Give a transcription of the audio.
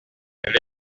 elle